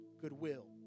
goodwill